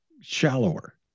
shallower